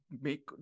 make